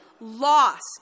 lost